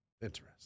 interesting